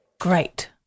Great